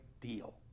deal